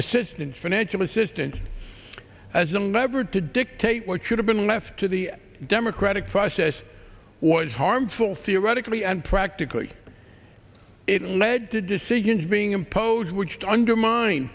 assistance financial assistance as a lever to dictate what should have been left to the democratic process was harmful theoretically and practically it led to decisions being imposed which undermine